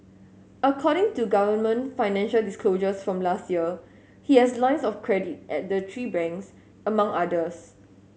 according to government financial disclosures from last year he has lines of credit at the three banks among others